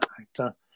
actor